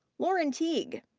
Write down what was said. lauren teague.